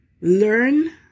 learn